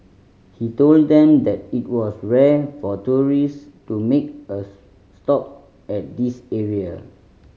he told them that it was rare for tourists to make a stop at this area